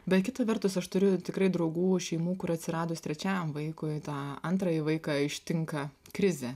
bet kita vertus aš turiu tikrai draugų šeimų kur atsiradus trečiajam vaikui tą antrąjį vaiką ištinka krizė